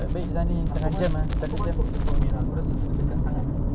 eh aku ba~ aku batuk jer keluar merah aku rasa tu dekat sangat ah